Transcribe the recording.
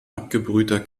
abgebrühter